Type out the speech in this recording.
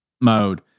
mode